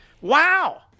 Wow